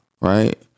right